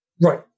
Right